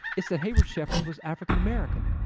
it's that hayward shepherd was african american,